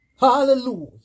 Hallelujah